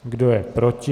Kdo je proti?